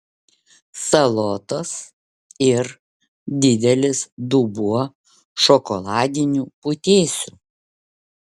salotos ir didelis dubuo šokoladinių putėsių